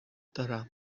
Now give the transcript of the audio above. دارم